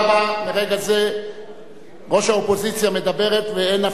ברגע זה ראש האופוזיציה מדברת, ואין הפרעות.